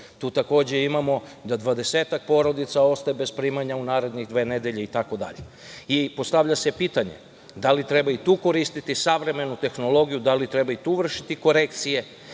tu takođe imamo da 20 porodica ostaje bez primanja u narednih dve nedelje itd. Postavlja se pitanje da li treba i tu koristiti savremenu tehnologiju? Da li treba i tu vršiti korekcije